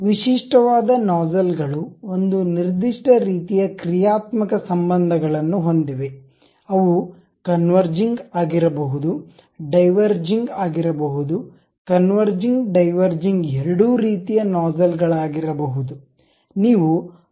ವಿಶಿಷ್ಟವಾದ ನೋಜ್ಝಲ್ ಗಳು ಒಂದು ನಿರ್ದಿಷ್ಟ ರೀತಿಯ ಕ್ರಿಯಾತ್ಮಕ ಸಂಬಂಧಗಳನ್ನು ಹೊಂದಿವೆ ಅವು ಕನ್ವರ್ಜಿಂಗ್ ಆಗಿರಬಹುದು ಡೈವರ್ಜಿಂಗ್ ಆಗಿರಬಹುದು ಕನ್ವರ್ಜಿಂಗ್ ಡೈವರ್ಜಿಂಗ್ ಎರಡೂ ರೀತಿಯ ನೋಜ್ಝಲ್ಗಳಾಗಿರಬಹುದು